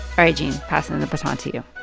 right, gene. passing the baton to you